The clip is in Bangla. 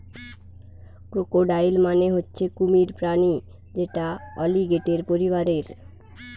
ক্রোকোডাইল মানে হচ্ছে কুমির প্রাণী যেটা অলিগেটের পরিবারের